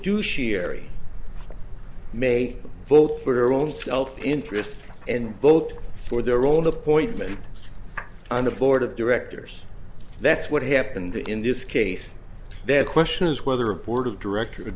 do cherie may vote for her own self interest and vote for their own appointment and a board of directors that's what happened in this case there question is whether a board of directors